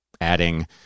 adding